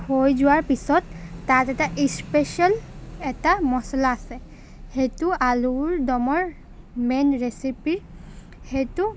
হৈ যোৱাৰ পিছত তাত এটা ইস্পিচিয়েল এটা মছলা আছে সেইটো আলুৰ দমৰ মেইন ৰেচিপিৰ সেইটো